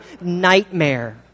nightmare